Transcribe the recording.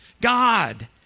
god